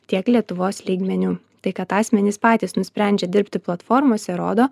tiek lietuvos lygmeniu tai kad asmenys patys nusprendžia dirbti platformose rodo